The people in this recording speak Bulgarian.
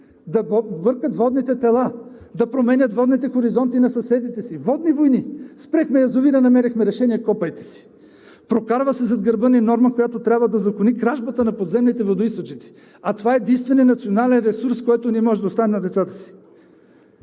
да бъркат водните тела, да променят водните хоризонти на съседите си – водни войни, спряхме язовира, намерихме решение, копайте си. Прокарва се зад гърба ни норма, която трябва да узакони кражбата на подземните водоизточници, а това е единственият национален ресурс, който ние можем да оставим на децата си.